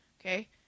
Okay